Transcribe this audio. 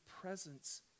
presence